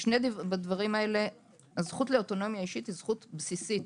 בדברי האלה הזכות לאוטונומיה אישית היא זכות בסיסית.